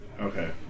Okay